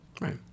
Right